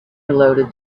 reloaded